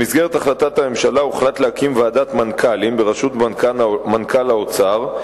במסגרת החלטת הממשלה הוחלט להקים ועדת מנכ"לים בראשות מנכ"ל האוצר,